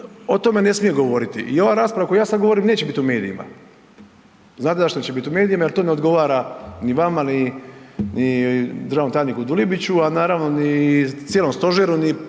o tome ne smije govoriti. I ova rasprava koju ja sad govorim neće biti u medijima. Znate zašto neće biti u medijima? Jer to ne odgovara ni vama ni državnom tajniku Dulibiću, a naravno ni cijelom Stožeru